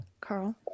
carl